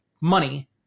money